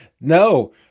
No